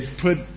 put